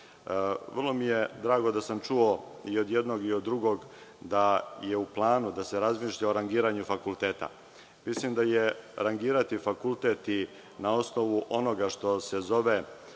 mi je drago da sam čuo i od jednog i od drugog da je u planu da se razmišlja o rangiranju fakulteta. Mislim da je rangirati fakultet i na osnovu onoga što se zove